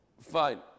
Fine